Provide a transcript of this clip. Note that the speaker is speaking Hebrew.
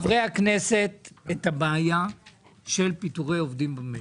חברי הכנסת העלו את הבעיה של פיטורי עובדים במשק.